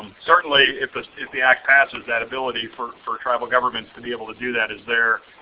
certainly, if ah if the act passes, that ability for for tribal governments to be able to do that is there.